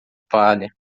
palha